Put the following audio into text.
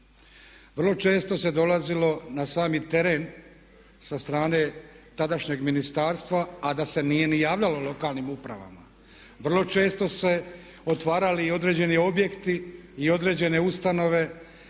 Vrlo često se dolazilo na sami teren sa strane tadašnjeg ministarstva a da se nije ni javljalo lokalnim upravama. Vrlo često se otvarali i određeni objekti i određene ustanove